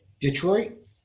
Detroit